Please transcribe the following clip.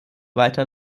weiter